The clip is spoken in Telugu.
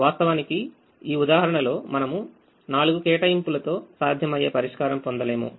వాస్తవానికి ఈ ఉదాహరణలో మనము నాలుగు కేటాయింపులతో సాధ్యమయ్యే పరిష్కారం పొందలేము